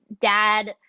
dad